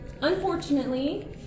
Unfortunately